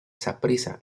saprissa